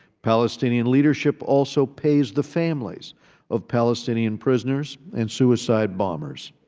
palestinian leadership also pays the families of palestinian prisoners and suicide bombers.